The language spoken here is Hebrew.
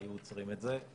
והיו עוצרים את זה.